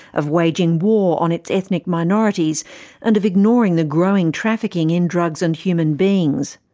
of waging war on its ethnic minorities and of ignoring the growing trafficking in drugs and human beings.